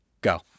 go